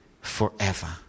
forever